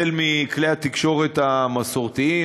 כלי התקשורת המסורתיים,